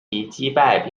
击败